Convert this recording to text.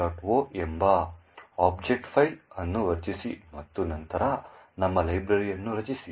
o ಎಂಬ object file ಅನ್ನು ರಚಿಸಿ ಮತ್ತು ನಂತರ ನಮ್ಮ ಲೈಬ್ರರಿಯನ್ನು ರಚಿಸಿ